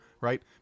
Right